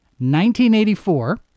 1984